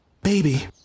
Baby